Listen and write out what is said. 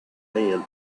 meant